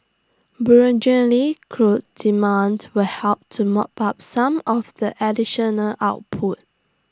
burgeoning crude demand will help to mop up some of the additional output